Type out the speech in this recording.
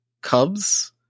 Cubs